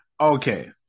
Okay